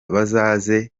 bazaze